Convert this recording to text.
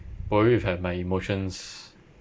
probably if I had my emotions